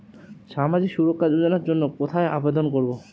সামাজিক সুরক্ষা যোজনার জন্য কোথায় আবেদন করব?